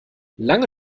lange